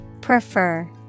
Prefer